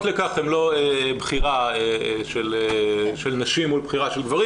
לכך הן לא בחירה של נשים מול בחירה של גברים.